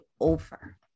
over